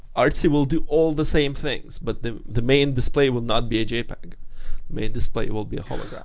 artsy will do all the same things, but the the main display will not be a jpeg. the main display it will be a hologram.